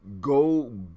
go